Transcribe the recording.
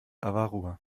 avarua